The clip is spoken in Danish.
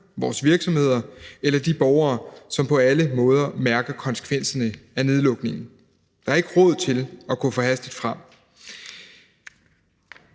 vores virksomheder eller de borgere, som på alle måder mærker konsekvenserne af nedlukningen. Der er ikke råd til at gå for hastigt frem.